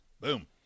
Boom